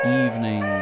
evening